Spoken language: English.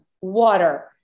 water